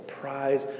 prize